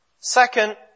Second